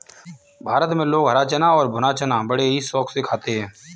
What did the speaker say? भारत में लोग हरा चना और भुना चना बड़े ही शौक से खाते हैं